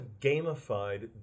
gamified